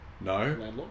No